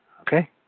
Okay